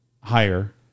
higher